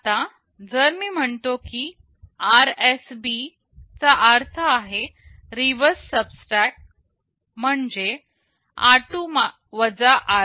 आता जर मी म्हणतो की RSB चा अर्थ आहे रिवर्स सबट्रॅक्ट म्हणजे r2 r1